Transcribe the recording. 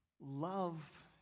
love